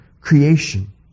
creation